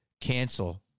Cancel